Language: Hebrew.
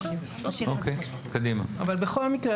בכל מקרה,